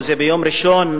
או ביום ראשון,